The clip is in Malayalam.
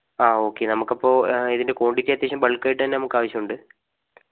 ആ ഓക്കേ നമുക്കപ്പോൾ ഇതിൻ്റ ക്വാണ്ടിറ്റി അത്യാവശ്യം ബൾക്ക് ആയിട്ട് തന്നെ നമുക്ക് ആവശ്യം ഉണ്ട്